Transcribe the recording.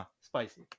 spicy